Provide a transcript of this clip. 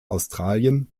australien